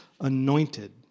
anointed